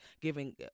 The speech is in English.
giving